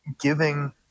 giving